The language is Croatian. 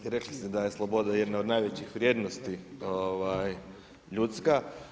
I rekli ste da je sloboda jedna od najvećih vrijednosti ljudska.